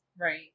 right